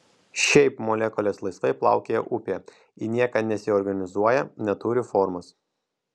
šiaip molekulės laisvai plaukioja upėje į nieką nesiorganizuoja neturi formos